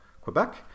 Quebec